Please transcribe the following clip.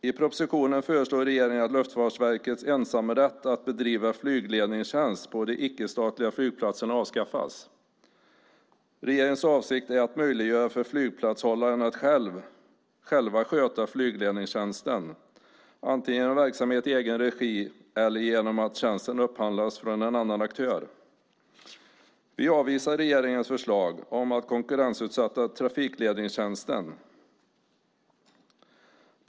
I propositionen föreslår regeringen att Luftfartsverkets ensamrätt att bedriva flygledningstjänst på de icke-statliga flygplatserna avskaffas. Regeringens avsikt är att möjliggöra för flygplatshållaren att själv sköta flygledningstjänsten, antingen genom verksamhet i egen regi eller genom att tjänsten upphandlas från en annan aktör. Vi avvisar regeringens förslag om att konkurrensutsätta flygtrafikledningstjänsten.